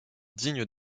dignes